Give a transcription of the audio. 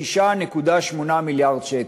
56.8 מיליארד שקל,